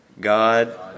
God